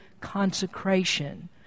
consecration